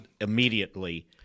immediately